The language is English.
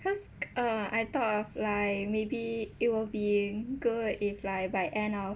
cause uh I thought of like maybe it will be good if like by end of